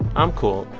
i'm cool.